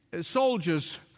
soldiers